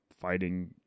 fighting